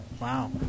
Wow